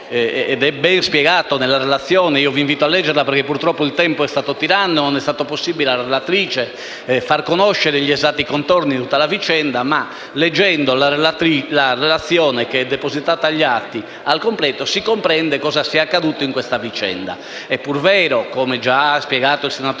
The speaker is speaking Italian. che è ben spiegato nella relazione, che vi invito a leggere; purtroppo il tempo è stato tiranno e non è stato possibile alla relatrice far conoscere gli esatti contorni di tutta la vicenda. Ma, leggendo la relazione depositata agli atti, si comprende cosa sia accaduto in questa vicenda. È pur vero, come ha già spiegato il senatore